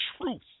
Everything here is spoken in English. truth